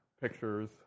pictures